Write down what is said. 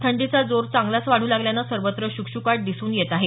थंडीचा जोर चांगलाच वाढू लागल्यान सर्वत्र श्कश्काट दिसून येत आहे